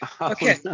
Okay